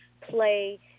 play